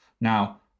Now